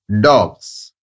dogs